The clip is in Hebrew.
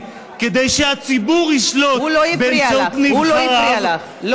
אבל כשאת, מאוד קל לדבר על דינה זילבר, מאוד קל.